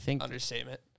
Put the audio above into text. understatement